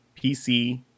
PC